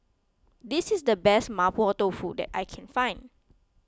this is the best Mapo Tofu that I can find